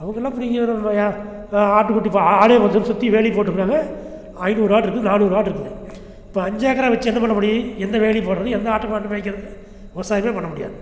அவர்களாம் பிடிங்க நம்ம ஏன் ஆட்டுக்குட்டி பா ஆ ஆடே சுற்றி வேலி போட்டுடறாங்க ஐநூறு ஆடு இருக்குது நானூறு ஆடு இருக்குது இப்போது அஞ்சு ஏக்கரா வெச்சு என்ன பண்ண முடியும் எந்த வேலி போடுறது எந்த ஆட்டை மாட்டை மேய்கிறது விவசாயமே பண்ண முடியாது